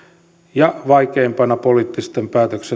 ja vaikeimpana poliittisen päätöksentekokyvyn